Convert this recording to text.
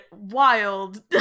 wild